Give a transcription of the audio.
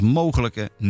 mogelijke